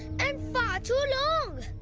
and far too long!